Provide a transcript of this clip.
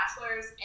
bachelor's